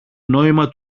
νόημα